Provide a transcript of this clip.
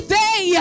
day